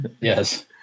yes